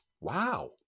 Wow